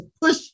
push